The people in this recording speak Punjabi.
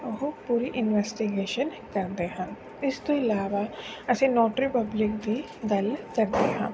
ਉਹ ਪੂਰੀ ਇਨਵੈਸਟੀਗੇਸ਼ਨ ਕਰਦੇ ਹਨ ਇਸ ਤੋਂ ਇਲਾਵਾ ਅਸੀਂ ਨੋਟਰੀ ਪਬਲਿਕ ਦੀ ਗੱਲ ਕਰਦੇ ਹਾਂ